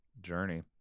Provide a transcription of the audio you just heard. journey